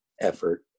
effort